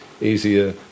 easier